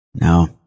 No